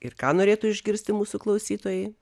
ir ką norėtų išgirsti mūsų klausytojai